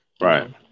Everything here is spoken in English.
Right